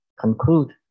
conclude